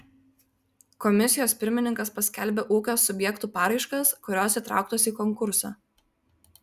komisijos pirmininkas paskelbia ūkio subjektų paraiškas kurios įtrauktos į konkursą